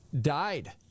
Died